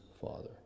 father